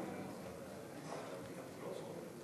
ההסתייגות (36) של חברת הכנסת אורלי לוי אבקסיס לסעיף 15 לא נתקבלה.